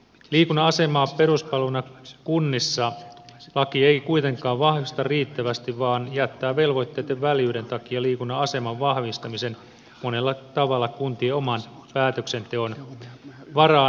liikunnan asemaa peruspalveluna kunnissa laki ei kuitenkaan vahvista riittävästi vaan jättää velvoitteitten väljyyden takia liikunnan aseman vahvistamisen monella tavalla kuntien oman päätöksenteon varaan